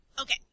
Okay